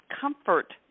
comfort